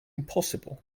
impossible